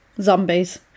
zombies